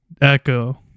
Echo